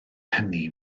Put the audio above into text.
hynny